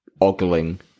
ogling